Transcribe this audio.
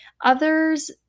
Others